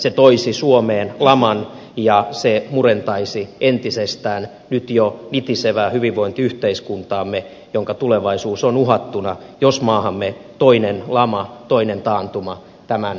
se toisi suomeen laman ja se murentaisi entisestään nyt jo nitisevää hyvinvointiyhteiskuntaamme jonka tulevaisuus on uhattuna jos maahamme toinen lama toinen taantuma tämän perään nyt saadaan